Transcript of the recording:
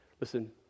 Listen